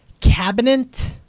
cabinet